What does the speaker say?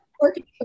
working